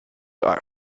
are